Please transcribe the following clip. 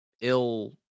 ill